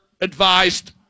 advised